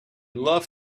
love